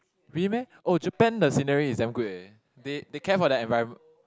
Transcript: really meh oh Japan the scenery is damn good eh they they care for their environment